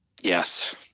Yes